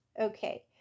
Okay